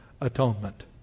atonement